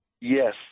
Yes